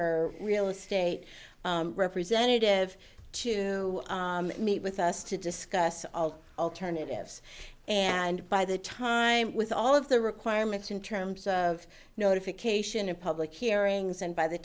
or real estate representative to meet with us to discuss alternatives and by the time with all of the requirements in terms of notification of public hearings and by the